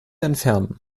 entfernen